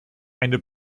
eine